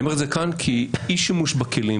אני אומר את זה כאן כי אי שימוש בכלים,